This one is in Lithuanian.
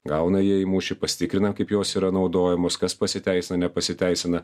gauna ją į mūšį pasitikrina kaip jos yra naudojamos kas pasiteisina nepasiteisina